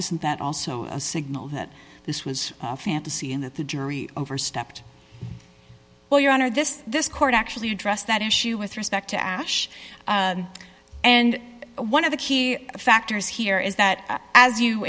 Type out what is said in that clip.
isn't that also a signal that this was a fantasy and that the jury overstepped well your honor this this court actually addressed that issue with respect to ash and one of the key factors here is that as you